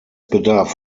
bedarf